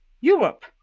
Europe